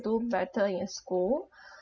do better in school